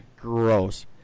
gross